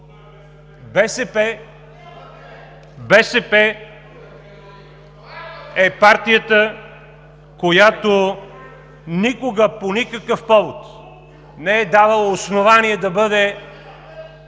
БСП е партията, която никога, по никакъв повод не е давала основание да бъде